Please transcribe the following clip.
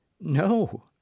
No